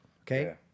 okay